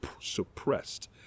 suppressed